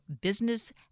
business